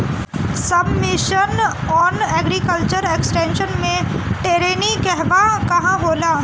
सब mission on agriculture extension मै टेरेनीं कहवा कहा होला?